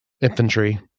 infantry